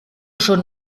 schon